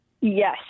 Yes